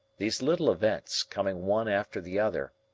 these little events, coming one after the other,